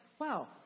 wow